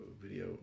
video